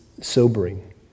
sobering